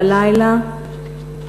בלילה,